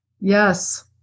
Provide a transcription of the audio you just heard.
Yes